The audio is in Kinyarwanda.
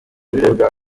ubwo